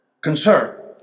concern